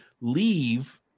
leave